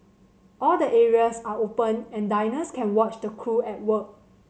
all the areas are open and diners can watch the crew at work